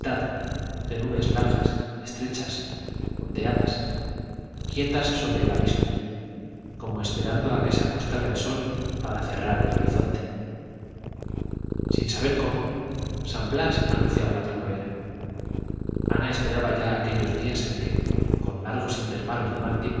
de nubes largas estrechas ondeadas quietas sobre el abismo como esperando a que se acostara el sol para cerrar el horizonte sin saber cómo san blas anunciaba la primavera ana esperaba ya aquellos días en que con largos intervalos de mal